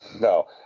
no